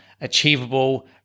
achievable